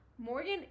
Morgan